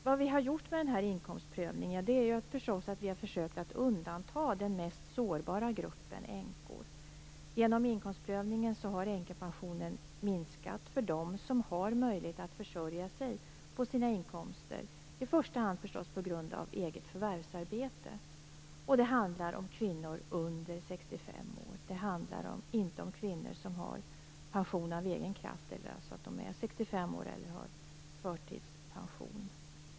Vad vi har gjort med inkomstprövningen är att vi har försökt undanta den mesta sårbara gruppen änkor. Genom inkomstprövningen har änkepensionen minskat för dem som har möjlighet att försörja sig på sina inkomster, i första hand förstås på sitt eget förvärvsarbete. Det handlar om kvinnor under 65 år, inte om kvinnor som har pension av egen kraft, dvs. att de är 65 år eller har förtidspension.